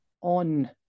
on